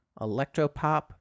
Electropop